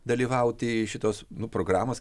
dalyvauti šitos nu programos